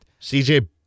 CJ